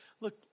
look